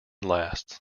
lasts